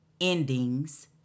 endings